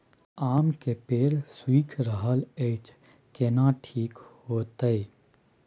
आम के पेड़ सुइख रहल एछ केना ठीक होतय?